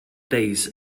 days